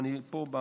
ואני פה,